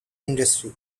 industry